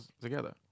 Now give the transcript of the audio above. together